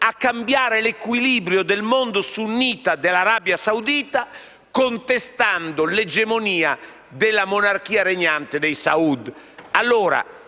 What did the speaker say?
a cambiare l'equilibrio del mondo sunnita e dell'Arabia Saudita, contestando l'egemonia della monarchia regnante dei Saʿūd.